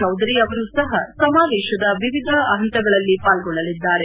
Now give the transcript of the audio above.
ಚೌಧರಿ ಅವರೂ ಸಹ ಸಮಾವೇಶದ ವಿವಿಧ ಹಂತಗಳಲ್ಲಿ ಪಾಲ್ಗೊಳ್ಟಲಿದ್ದಾರೆ